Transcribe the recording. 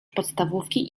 podstawówki